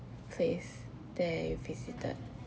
place they visited